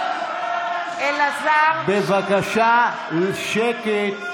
בעד בבקשה שקט.